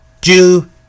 Jew